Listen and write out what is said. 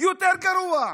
יותר גרוע.